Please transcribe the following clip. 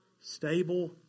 Stable